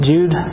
Jude